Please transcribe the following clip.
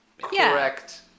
Correct